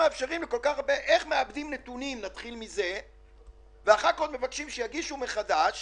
איך מאבדים נתונים ואחר כך מבקשים שיגישו מחדש